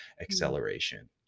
acceleration